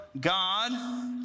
God